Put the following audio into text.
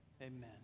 Amen